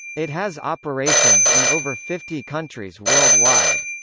it has operations in over fifty countries worldwide.